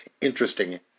interesting